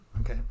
Okay